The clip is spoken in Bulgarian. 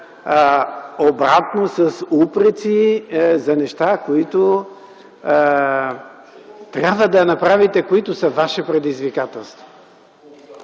обратно – с упреци, за неща, които трябва да направите, които са Ваше предизвикателство.